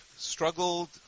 struggled